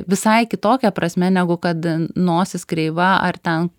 visai kitokia prasme negu kad nosis kreiva ar ten